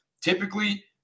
typically